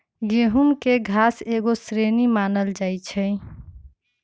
गेहूम घास के एगो श्रेणी मानल जाइ छै